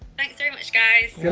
thanks very much guys. good